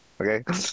okay